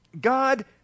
God